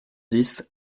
dix